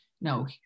no